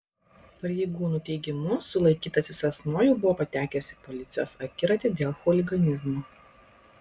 pareigūnų teigimu sulaikytasis asmuo jau buvo patekęs į policijos akiratį dėl chuliganizmo